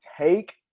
Take